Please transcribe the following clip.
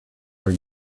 are